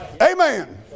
Amen